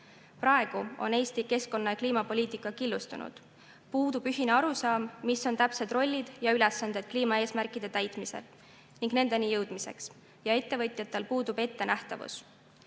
Praegu on Eesti keskkonna‑ ja kliimapoliitika killustunud. Puudub ühine arusaam, mis on täpsed rollid ja ülesanded kliimaeesmärkide täitmiseni jõudmisel, ja ettevõtjatel puudub ettenähtavus.